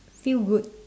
feel good